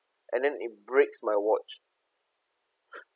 and then it breaks my watch